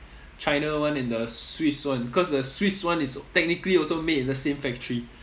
china one and the swiss one cause the swiss one is technically also made in the same factory